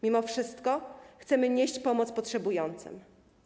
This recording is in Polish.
Mimo wszystko chcemy nieść pomoc potrzebującym.